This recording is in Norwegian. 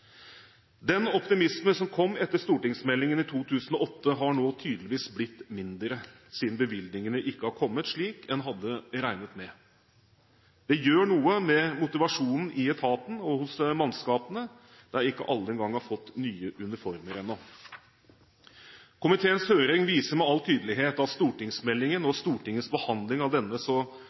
Den optimisme som kom etter stortingsmeldingen i 2008, har nå tydeligvis blitt mindre, siden bevilgningene ikke har kommet, slik en hadde regnet med. Det gjør noe med motivasjonen i etaten og hos mannskapene, der ikke alle engang har fått nye uniformer ennå. Komiteens høring viser med all tydelighet at stortingsmeldingen og Stortingets behandling av denne